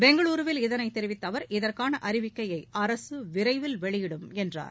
பெங்களுருவில் இதனைத் தெரிவித்த அவர் இதற்கான அறிவிக்கையை அரசு விரைவில் வெளியிடும் என்றார்